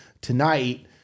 tonight